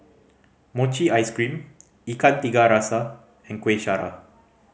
mochi ice cream Ikan Tiga Rasa and Kuih Syara